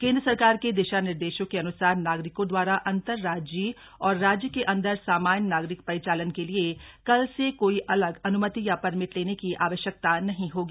केंद्र सरकार के दिशा निर्देशों के अनुसार नागरिकों द्वारा अंतर राज्यीय और राज्य के अंदर सामान्य नागरिक परिचालन के लिए कल से कोई अलग अनुमति या परमिट लेने की आवश्यकता नहीं होगी